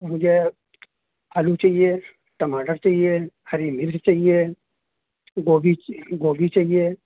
مجھے آلو چاہیے ٹماٹر چاہیے ہری مرچ چاہیے گوبھی گوبھی چاہیے